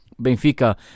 Benfica